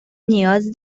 نیاز